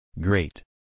Great